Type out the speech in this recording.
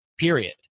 period